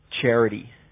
charity